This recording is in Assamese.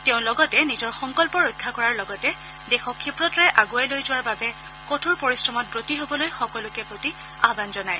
তেওঁ লগতে নিজৰ সংকল্প ৰক্ষা কৰাৰ লগতে দেশক ক্ষীপ্ৰতাৰে আগুৱাই লৈ যোৱাৰ বাবে কঠোৰ পৰিশ্ৰমত ৱতী হবলৈ সকলোৰে প্ৰতি আহান জনায়